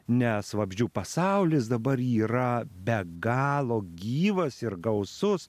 nes vabzdžių pasaulis dabar yra be galo gyvas ir gausus